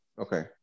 Okay